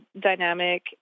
dynamic